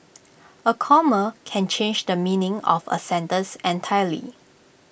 A comma can change the meaning of A sentence entirely